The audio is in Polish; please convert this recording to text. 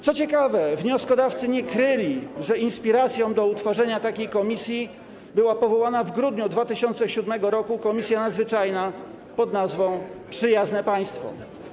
Co ciekawe, wnioskodawcy nie kryli, że inspiracją do utworzenia komisji była powołana w grudniu 2007 r. Komisja Nadzwyczajna pn. „Przyjazne Państwo”